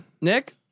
Nick